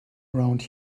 around